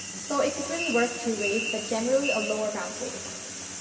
so it could really work two ways but generally a lower bounce rate is preferred.